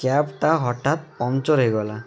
କ୍ୟାବ୍ଟା ହଠାତ୍ ପମ୍ପଚର୍ ହେଇଗଲା